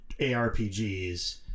ARPGs